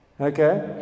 okay